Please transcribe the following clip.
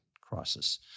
crisis